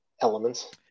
elements